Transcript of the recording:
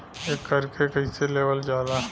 एकरके कईसे लेवल जाला?